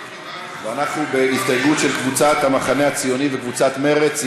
אנחנו בהסתייגות של קבוצת סיעת המחנה הציוני וקבוצת סיעת מרצ.